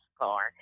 car